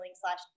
slash